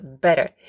better